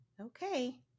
Okay